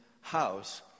house